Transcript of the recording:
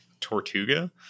Tortuga